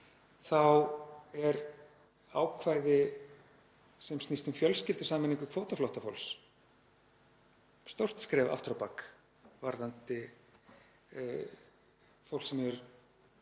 þá er ákvæðið sem snýst um fjölskyldusameiningu kvótaflóttafólks stórt skref aftur á bak varðandi fólk sem